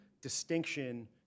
distinction